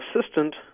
assistant